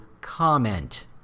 comment